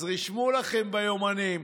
אז רשמו לכם ביומנים: